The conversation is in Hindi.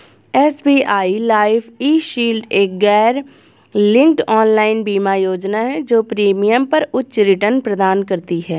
एस.बी.आई लाइफ ई.शील्ड एक गैरलिंक्ड ऑनलाइन बीमा योजना है जो प्रीमियम पर उच्च रिटर्न प्रदान करती है